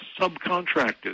subcontracted